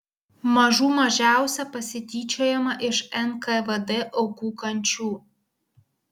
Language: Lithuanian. mažų mažiausia pasityčiojama iš nkvd aukų kančių